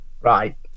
Right